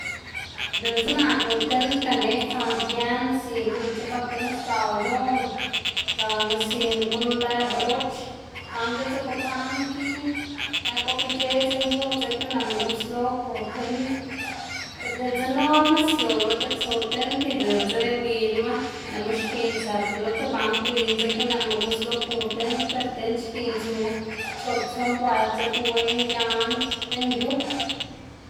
diꞌltse naꞌ ku tind ganeꞌc̲h̲ tsaná tiend zina diꞌltse ba tind sdzaꞌl ldoná gana zina guꞌn lëꞌ broch gana diꞌltse bukwaꞌn ikiꞌn ya gobic̲h̲e idzinn yu dzekna nëꞌma guslo ku tind diꞌltse noꞌlma sioꞌlma diꞌt tsu tind y diꞌltse winma nëꞌma xkiꞌn tsëp lo ti bank win dzekna nëꞌma guslo ku tind per tind xkiꞌn tsu chop tson bueld dzekna wen giaꞌn lën yu.